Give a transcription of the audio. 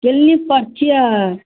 क्लिनिकपर छिए